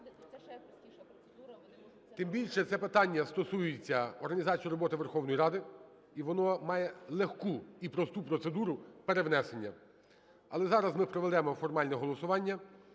Тим більше це питання стосується організації роботи Верховної Ради, і воно має легку і просту процедуру перевнесення. Але зараз ми проведемо формальне голосування.